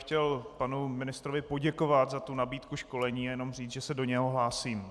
Chtěl bych panu ministrovi poděkovat za tu nabídku školení a jenom říct, že se do něho hlásím.